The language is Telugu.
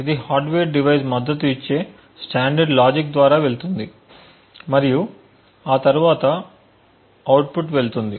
ఇది హార్డ్వేర్ డివైస్ మద్దతు ఇచ్చే స్టాండర్డ్ లాజిక్ద్వారా వెళుతుంది మరియు ఆ తరువాత అవుట్పుట్ వెళుతుంది